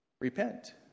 Repent